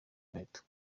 inkweto